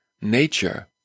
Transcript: nature